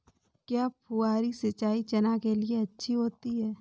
क्या फुहारी सिंचाई चना के लिए अच्छी होती है?